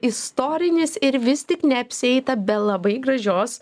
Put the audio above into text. istorinis ir vis tik neapsieita be labai gražios